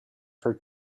per